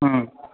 हँ